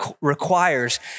requires